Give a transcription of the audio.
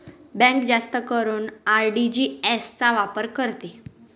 bank जास्त करून RTGS चा वापर करते